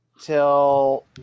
till